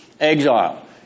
exile